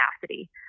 capacity